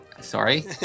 Sorry